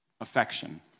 Affection